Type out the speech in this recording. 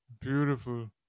Beautiful